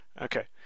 Okay